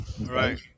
Right